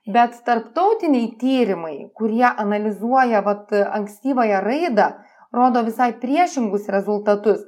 bet tarptautiniai tyrimai kurie analizuoja vat ankstyvąją raidą rodo visai priešingus rezultatus